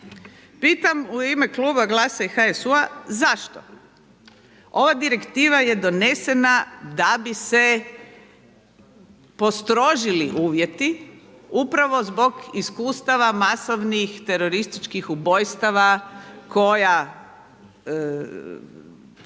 Pitam u ime Kluba Glasa i HSU-a zašto? Ova direktiva je donesena da bi se postrožili uvjeti upravo zbog iskustava masovnih terorističkih ubojstava koja